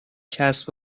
کسب